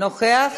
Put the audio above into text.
נוכח.